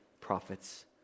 prophets